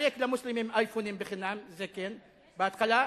נחלק למוסלמים אייפונים חינם, זה כן, בהתחלה,